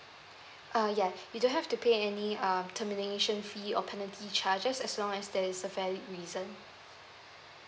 uh ya you don't have to pay any um termination fee or penalty charges as long as there's a valid reason